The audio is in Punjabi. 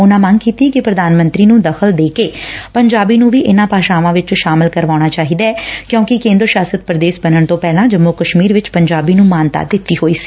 ਉਨੂਾ ਮੰਗ ਕੀਤੀ ਕਿ ਪ੍ਰਧਾਨ ਮੰਤਰੀ ਨੂੰ ਦਖਲ ਦੇ ਕੇ ਪੰਜਾਬੀ ਨੂੰ ਵੀ ਇਨੂਾ ਭਾਸ਼ਾਵਾਂ ਵਿਚ ਸ਼ਾਮਲ ਕਰਵਾਉਣਾ ਚਾਹੀਦੈ ਕਿਉਂਕਿ ਕੇਦਰੀ ਸ਼ਾਸਤ ਪ੍ਰਦੇਸ਼ ਬਨਣ ਤੋ ਪਹਿਲਾਂ ਜੰਮੂ ਕਸ਼ਮੀਰ ਵਿਚ ਪੰਜਾਬੀ ਨੂੰ ਮਾਨਤਾ ਦਿੱਤੀ ਹੋਈ ਸੀ